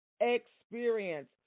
experience